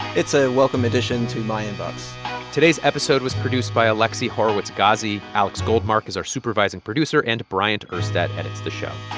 it's a welcome addition to my inbox today's episode was produced by alexi horowitz-ghazi. alex goldmark is our supervising producer, and bryant urstadt edits the show.